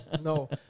no